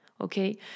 Okay